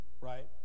right